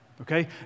Okay